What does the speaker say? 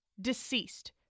Deceased